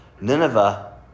Nineveh